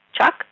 chuck